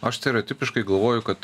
aš stereotipiškai galvoju kad